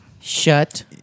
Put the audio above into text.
Shut